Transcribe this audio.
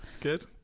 Good